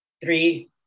three